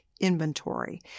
inventory